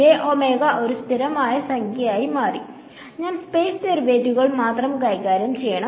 jഒമേഗ ഒരു സ്ഥിരമായ സംഖ്യയായി മാറി ഞാൻ സ്പേസ് ഡെറിവേറ്റീവുകൾ മാത്രം കൈകാര്യം ചെയ്യണം